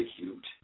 execute